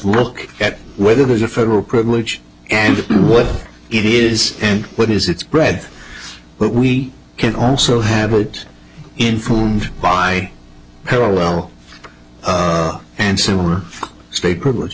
look at whether there's a federal privilege and what it is and what is its bread but we can also have it informed by parallel and similar state privilege